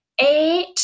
eight